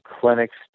clinics